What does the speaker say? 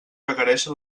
requereixen